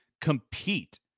compete